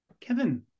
Kevin